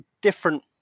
different